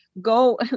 Go